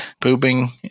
pooping